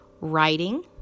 Writing